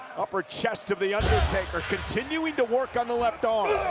upper chest of the undertaker, continuing to work on the left arm.